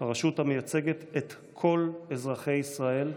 הרשות המייצגת את כל אזרחי ישראל,